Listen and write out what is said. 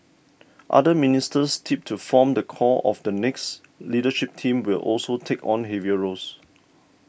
other ministers tipped to form the core of the next leadership team will also take on heavier roles